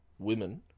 Women